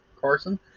Carson